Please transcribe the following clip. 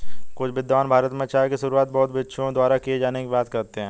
कुछ विद्वान भारत में चाय की शुरुआत बौद्ध भिक्षुओं द्वारा किए जाने की बात कहते हैं